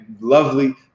lovely